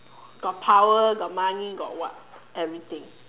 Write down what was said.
got power got money got what everything